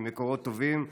ממקורות טובים,